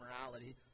morality